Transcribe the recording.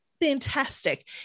fantastic